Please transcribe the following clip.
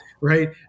right